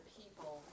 people